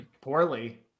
poorly